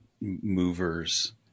movers